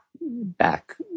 back